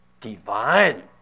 divine